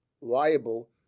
liable